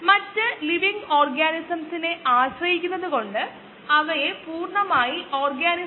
നമ്മൾ ഗണിതത്തിൽ മികച്ച ആളാണെങ്കിൽ അതിനേക്കാൾ കൂടുതൽ എടുക്കില്ല